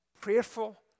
prayerful